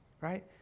right